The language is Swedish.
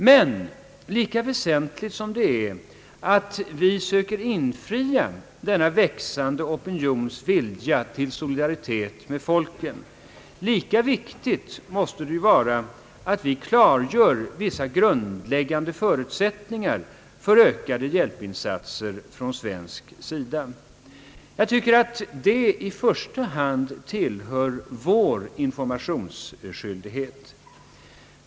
Men lika väsentligt som det är att vi politiker söker infria denna växande opinions vilja till solidaritet med de fattiga folken, lika viktigt är det att vi klargör vissa grundläggande förutsättningar för ökade hjälpinsatser från svensk sida. Det tillhör vår informationsskyldighet.